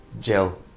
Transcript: gel